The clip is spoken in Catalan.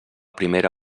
primera